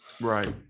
Right